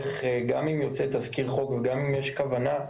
אם יוצא תזכיר חוק וגם אם יש כוונה,